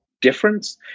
difference